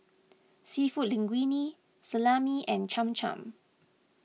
Seafood Linguine Salami and Cham Cham